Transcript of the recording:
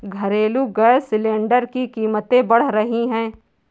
घरेलू gas cylinder की कीमतें बढ़ रही है